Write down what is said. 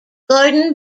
gordon